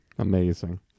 Amazing